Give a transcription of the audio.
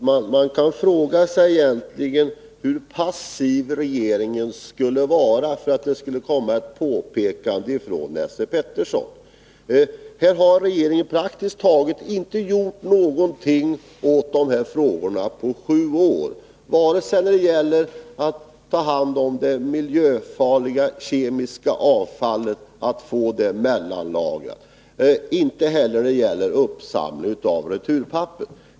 Herr talman! Man kan fråga sig hur passiv regeringen skulle vara för att det skulle komma ett påpekande från Esse Petersson. Regeringen har praktiskt taget inte gjort någonting åt dessa frågor på sju år, vare sig när det gäller mellanlagringen av det miljöfarliga kemiska avfallet eller när det gäller uppsamling av returpapper.